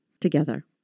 together